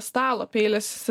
stalo peilis